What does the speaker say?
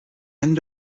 end